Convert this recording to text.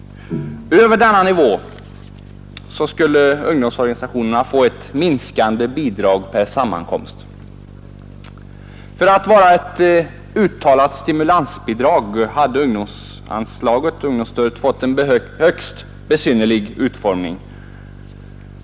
Över denna nivå skulle ungdomsorganisationerna få ett minskat bidrag per sammankomst. För att vara ett uttalat stimulansbidrag hade ungdomsstödet fått en högst besynnerlig utformning.